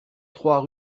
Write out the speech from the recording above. trois